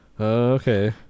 Okay